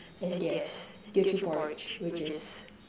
and there's Teochew-porridge which is